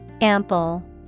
Ample